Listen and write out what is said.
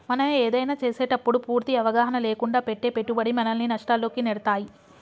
మనం ఏదైనా చేసేటప్పుడు పూర్తి అవగాహన లేకుండా పెట్టే పెట్టుబడి మనల్ని నష్టాల్లోకి నెడతాయి